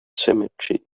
cemetery